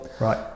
right